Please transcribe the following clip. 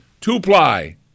Two-ply